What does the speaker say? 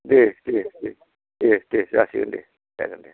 दे दे दे दे दे जासिगोन दे जागोन दे